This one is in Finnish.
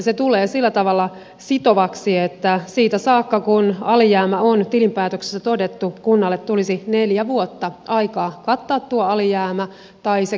se tulee sillä tavalla sitovaksi että siitä saakka kun alijäämä on tilinpäätöksessä todettu kunnalle tulisi neljä vuotta aikaa kattaa tuo alijäämä tai se käynnistäisi kriisikuntamenettelyn